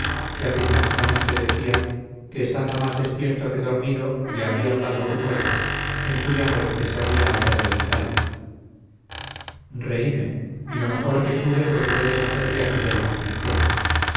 que afirmativamente decía que estando más dispierto que dormido le había hablado un muerto en cuya muerte se había hallado en italia reime y lo mejor que pude procuré deshacerle aquella imaginación